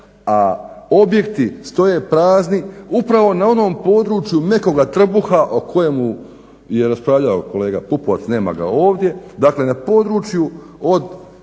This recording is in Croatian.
a objekti stoje prazni upravo na onom području mekoga trbuha o kojemu je raspravljao kolega Pupovac, nema ga ovdje. Dakle, na području od